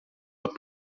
dat